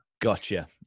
Gotcha